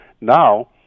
Now